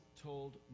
told